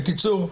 בקיצור,